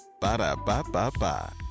Ba-da-ba-ba-ba